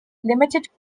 limited